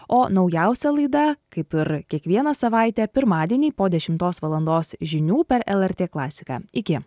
o naujausia laida kaip ir kiekvieną savaitę pirmadienį po dešimtos valandos žinių per lrt klasiką iki